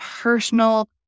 personal